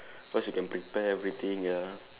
cause you can prepare everything ya